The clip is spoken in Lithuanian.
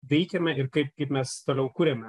veikiame ir kaip kaip mes toliau kuriame